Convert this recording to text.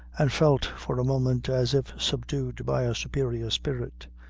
and felt for a moment as if subdued by a superior spirit.